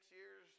years